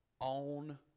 Own